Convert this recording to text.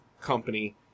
company